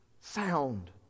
sound